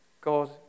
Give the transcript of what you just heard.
God